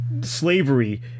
slavery